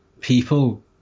people